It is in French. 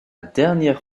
dernière